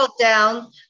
down